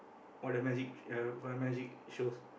all the magic ya for the magic shows